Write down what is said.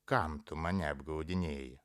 kam tu mane apgaudinėji